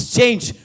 change